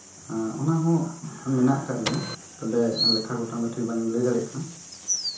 ᱚᱱᱟᱦᱚᱸ ᱢᱮᱱᱟᱜ ᱟᱠᱟᱫ ᱜᱮᱭᱟ ᱛᱚᱵᱮ ᱞᱮᱠᱷᱟ ᱜᱚᱴᱟᱝ ᱫᱚ ᱴᱷᱤᱠ ᱵᱟᱹᱧ ᱞᱟᱹᱭ ᱫᱟᱲᱮᱭᱟᱜ ᱠᱟᱱᱟ